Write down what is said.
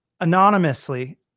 anonymously